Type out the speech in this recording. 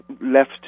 left